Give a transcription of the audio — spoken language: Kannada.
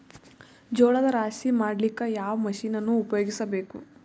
ಜೋಳದ ರಾಶಿ ಮಾಡ್ಲಿಕ್ಕ ಯಾವ ಮಷೀನನ್ನು ಉಪಯೋಗಿಸಬೇಕು?